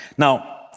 Now